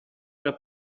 era